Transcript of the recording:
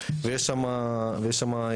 ויש שם התפרעויות.